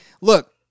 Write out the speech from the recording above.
look